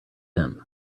him